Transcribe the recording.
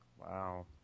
Wow